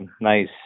nice